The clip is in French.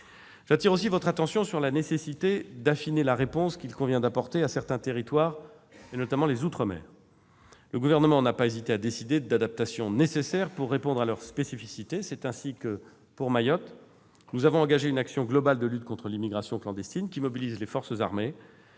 J'attire aussi votre attention sur la nécessité d'affiner la réponse qu'il convient d'apporter à certains territoires, notamment les outre-mer. Le Gouvernement n'a pas hésité à décider d'adaptations nécessaires pour répondre à leur spécificité. Ainsi, pour Mayotte, nous avons engagé une action globale de lutte contre l'immigration clandestine qui mobilise les forces armées